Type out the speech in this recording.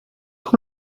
trop